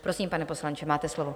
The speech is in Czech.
Prosím, pane poslanče, máte slovo.